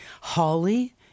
Holly